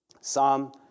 Psalm